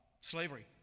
slavery